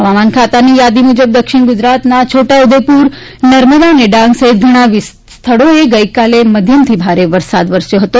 હવામાન ખાતાની યાદી મુજબ દક્ષિણ ગુજરાતના છોટાઉદેપુર નર્મદા અને ડાંગ સહિત ગણા સ્થળોએ ગઈકાલે મધ્યમથી ભારે વરસાદ વરસ્યો હતો